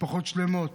משפחות שלמות